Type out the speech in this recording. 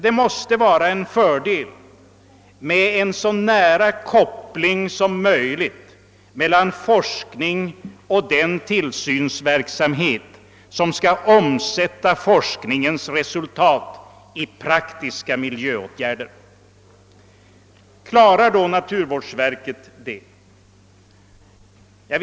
Det måste vara en fördel med en så nära koppling som möjligt mellan forskningsverksamheten och den tillsynsverksamhet som skall omsätta forskningens resultat i praktiska miljöåtgärder. Klarar då naturvårdsverket denna uppgift?